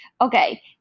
Okay